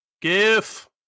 GIF